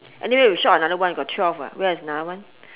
anyway we short another one got twelve [what] where's another one